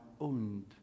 owned